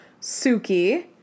Suki